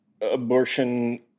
abortion-